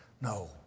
No